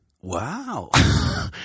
Wow